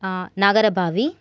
Nagarbhavi